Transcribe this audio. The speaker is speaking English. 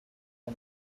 for